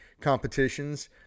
competitions